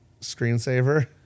screensaver